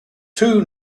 two